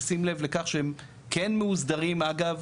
בשים לב לכך שהם כן מאוסדרים אגב